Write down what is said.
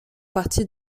partie